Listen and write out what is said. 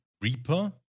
Reaper